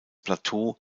plateau